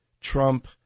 Trump